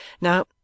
Now